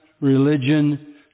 religion